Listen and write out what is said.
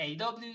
AW